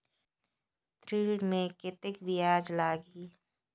ऋण मे कतेक ब्याज लगही?